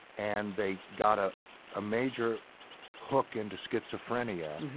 and they got a ah major hook into schizophrenia.